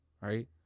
Right